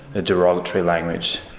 the derogatory language.